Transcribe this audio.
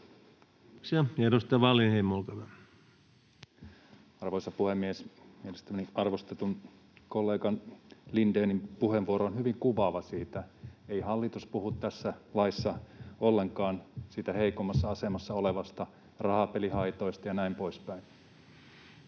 Arvoisa puhemies! Mielestäni arvostetun kollegan, Lindénin, puheenvuoro on hyvin kuvaava siitä, että ei hallitus puhu tässä laissa ollenkaan siitä heikoimmassa asemassa olevasta, rahapelihaitoista ja näin poispäin.